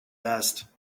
best